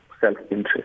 self-interest